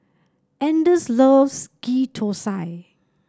Anders loves Ghee Thosai